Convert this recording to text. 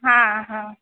हँ हँ